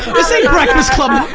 this ain't breakfast club.